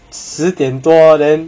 十点多 then